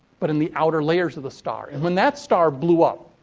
but in the outer layers of the star. and, when that star blew up,